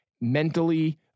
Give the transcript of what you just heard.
Mentally